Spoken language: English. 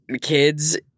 kids